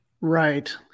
Right